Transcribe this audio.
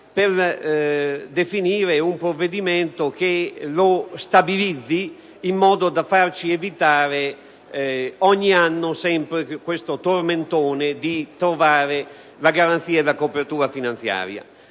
per definire un provvedimento che lo stabilizzi, in modo da farci evitare ogni anno il solito tormentone di trovare la garanzia e la copertura finanziaria.